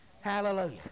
hallelujah